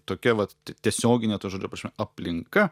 tokia vat tiesiogine to žodžio prasme aplinka